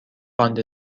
باند